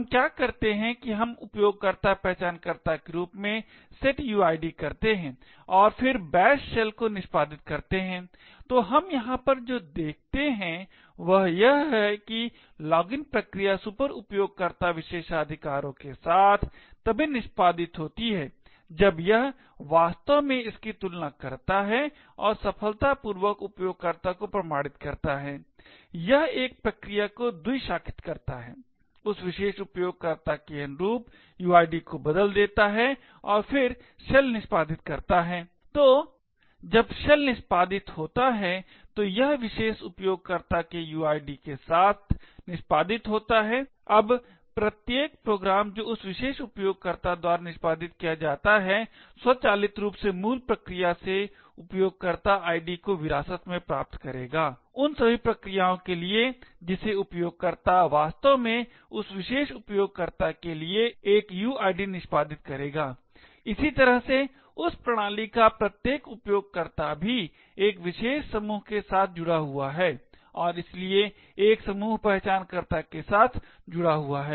हम क्या करते हैं कि हम उपयोगकर्ता पहचानकर्ता के अनुरूप setuid करते हैं और फिर बैश शेल को निष्पादित करते हैं तो हम यहाँ पर जो देखते हैं वह यह है कि लॉगिन प्रक्रिया सुपरउपयोगकर्ता विशेषाधिकारों के साथ तभी निष्पादित होती है जब यह वास्तव में इसकी तुलना करता है और सफलतापूर्वक उपयोगकर्ता को प्रमाणित करता है यह एक प्रक्रिया को द्विशाखित करता है उस विशेष उपयोगकर्ता के अनुरूप uid को बदल देता है और फिर शेल निष्पादित करता है तो जब शेल निष्पादित होता है तो यह उस विशेष उपयोगकर्ता के uid के साथ निष्पादित होता है अब प्रत्येक प्रोग्राम जो उस विशेष उपयोगकर्ता द्वारा निष्पादित किया जाता है स्वचालित रूप से मूल प्रक्रिया से उपयोगकर्ता id को विरासत में प्राप्त करेगा उन सभी प्रक्रियाओं के लिए जिसे उपयोगकर्ता वास्तव में उस विशेष उपयोगकर्ता के लिए एक यूआईडी निष्पादित करेगा इसी तरह से उस प्रणाली का प्रत्येक उपयोगकर्ता भी एक विशेष समूह के साथ जुड़ा हुआ है और इसलिए एक समूह पहचानकर्ता के साथ जुड़ा हुआ है